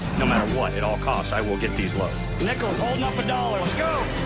no matter what, at all costs, i will get these loads. nickels holding up a dollar. let's go.